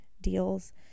deals